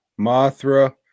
Mothra